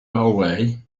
hallway